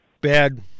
bad